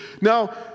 Now